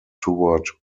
toward